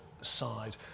side